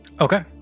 Okay